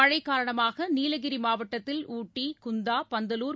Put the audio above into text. மழை காரணமாக நீலகிரி மாவட்டத்தில் ஊட்டி குந்தா பந்தலூர்